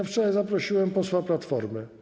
Wczoraj zaprosiłem posła Platformy.